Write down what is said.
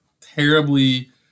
terribly